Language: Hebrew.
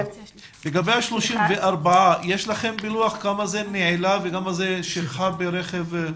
לגבי ה-34 יש לכם פילוח כמה זה נעילה וכמה זה שכחה ברכב?